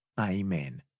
Amen